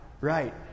Right